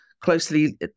closely